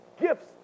gifts